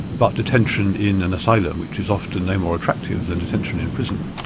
but detention in an asylum, which is often no more attractive than detention in prison.